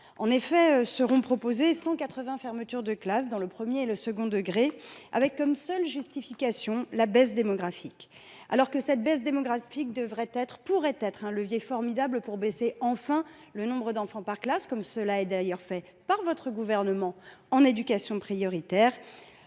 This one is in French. En effet, seront proposées 180 fermetures de classes dans le premier et le second degrés, avec pour seule justification la baisse démographique, alors que ladite baisse pourrait être – devrait être !– un levier formidable pour diminuer enfin le nombre d’enfants par classe, comme cela a d’ailleurs été fait par le Gouvernement dans l’éducation prioritaire.